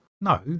No